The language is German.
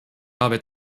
habe